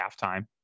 halftime